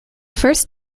first